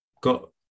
got